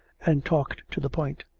and talked to the point.